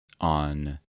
on